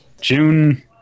June